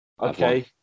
okay